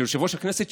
של יושב-ראש הכנסת,